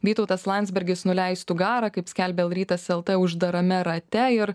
vytautas landsbergis nuleistų garą kaip skelbė el rytas lt uždarame rate ir